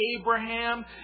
Abraham